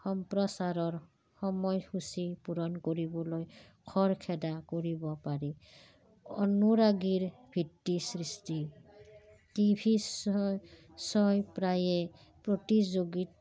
সম্প্ৰচাৰৰ সময়সূচী পূৰণ কৰিবলৈ খৰখেদা কৰিব পাৰি অনুৰাগীৰ ভিত্তি সৃষ্টি টি ভি প্ৰায়ে প্ৰতিযোগী